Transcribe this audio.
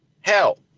hell